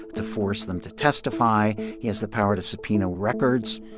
to force them to testify. he has the power to subpoena records.